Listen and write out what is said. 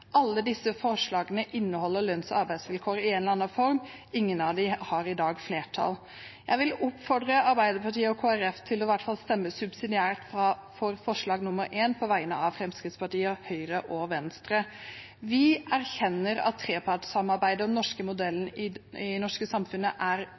Alle disse forslagene inneholder lønns- og arbeidsvilkår i en eller annen form. Ingen av dem har i dag flertall. Jeg vil oppfordre Arbeiderpartiet og Kristelig Folkeparti til i hvert fall å stemme subsidiært for forslag nr. 1, fra Høyre, Fremskrittspartiet og Venstre. Vi erkjenner at trepartssamarbeidet og den norske